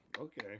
Okay